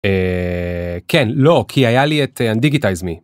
אההה...כן, לא כי היה לי את הנדיגיטייזמי.